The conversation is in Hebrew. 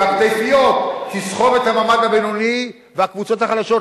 בכתפיות, תסחב את המעמד הבינוני והקבוצות החלשות.